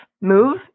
move